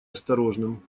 осторожным